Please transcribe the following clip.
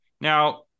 Now